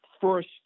first